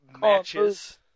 matches